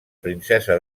princesa